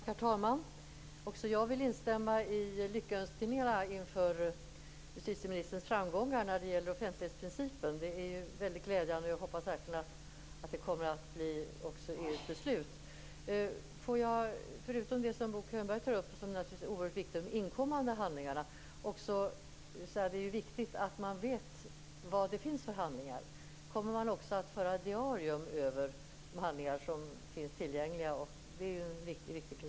Herr talman! Också jag vill instämma i lyckönskningarna till justitieministerns framgångar när det gäller offentlighetsprincipen. De är väldigt glädjande, och jag hoppas verkligen att det här också kommer att bli EU:s beslut. Det Bo Könberg tar upp om de inkommande handlingarna är naturligtvis oerhört viktigt, men det är ju också viktigt att man vet vad det finns för handlingar. Kommer man också att föra diarium över de handlingar som finns tillgängliga? Det är en viktig princip.